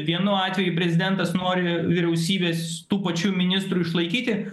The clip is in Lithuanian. vienu atveju prezidentas nori vyriausybės tų pačių ministrų išlaikyti